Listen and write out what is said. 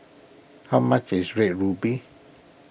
how much is Red Ruby